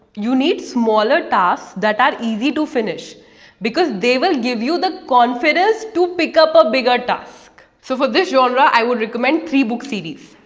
you need smaller tasks that are easy to finish because they will give you the confidence to pick up a bigger task. so for this genre, i would recommend three book series.